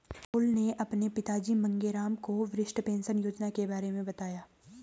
राहुल ने अपने पिताजी मांगेराम को वरिष्ठ पेंशन योजना के बारे में बताया